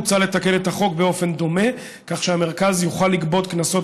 מוצע לתקן את החוק באופן דומה כך שהמרכז יוכל לגבות קנסות